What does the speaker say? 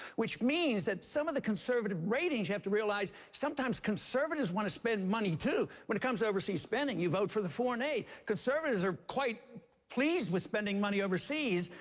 which means that some of the conservative ratings you have to realize sometimes conservatives want to spend money, too. when it comes to overseas spending, you vote for the foreign aid. conservatives are quite pleased with spending money overseas.